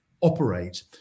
operate